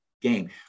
game